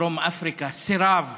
בדרום אפריקה סירב